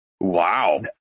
Wow